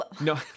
No